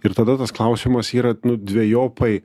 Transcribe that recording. ir tada tas klausimas yra nu dvejopai